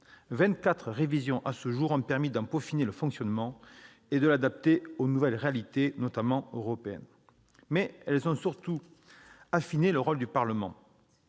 révisions ont permis d'en peaufiner le fonctionnement et de l'adapter aux nouvelles réalités, notamment européennes. Mais elles ont surtout affiné le rôle du Parlement.